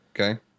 okay